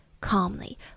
calmly